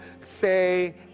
say